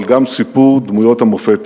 אבל גם סיפור דמויות המופת